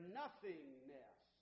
nothingness